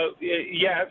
Yes